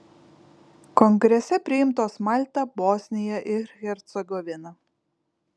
kongrese priimtos malta bosnija ir hercegovina